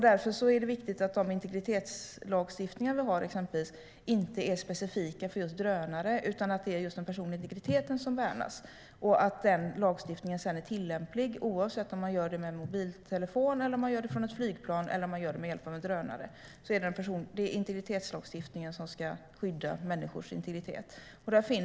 Därför är det viktigt att den integritetslagstiftning vi har inte är specifik för just drönare, utan att det är den personliga integriteten som värnas. Den lagstiftningen ska sedan vara tillämplig oavsett om smygfotograferingen görs med mobiltelefon, från ett flygplan eller med hjälp av en drönare. Det är integritetslagstiftningen som ska skydda människors integritet.